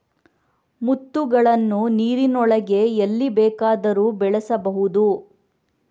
ಮುತ್ತುಗಳನ್ನು ನೀರಿನೊಳಗೆ ಎಲ್ಲಿ ಬೇಕಾದರೂ ಬೆಳೆಸಬಹುದು